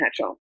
natural